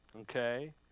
okay